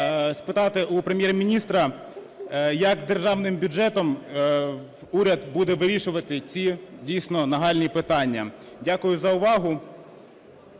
спитати у Прем'єр-міністра як державним бюджетом уряд буде вирішувати ці, дійсно, нагальні питання. Дякую за увагу.